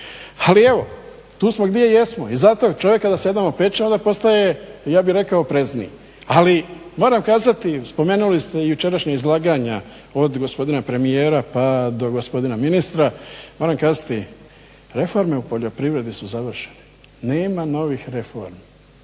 Ali evo, tu smo gdje jesmo. I zato čovjeka da se jednom opeče al da postaje, ja bih rekao oprezniji. Ali moram kazati, spomenuli ste jučerašnja izlaganja od gospodina premijera, pa do gospodina ministra, moram kazati, reforme u poljoprivredi su završene, nema novih reformi.